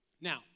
Now